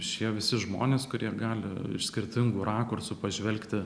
šie visi žmonės kurie gali skirtingu rakursu pažvelgti